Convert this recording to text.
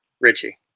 Richie